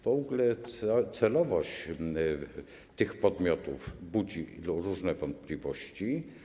W ogóle celowość tych podmiotów budzi różne wątpliwości.